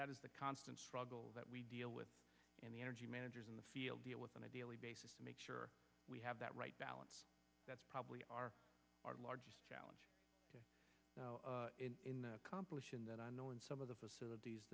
that is the constant struggle that we deal with and the energy managers in the field deal with on a daily basis to make sure we have that right balance that's probably our largest challenge in the competition that i know and some of the facilities